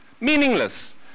Meaningless